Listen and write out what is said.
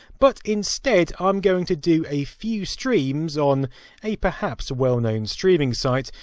but instead, i'm going to do a few streams, on a perhaps, well known streaming site,